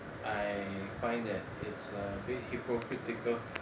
I find that it's a bit hypocritical